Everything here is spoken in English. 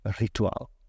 ritual